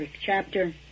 chapter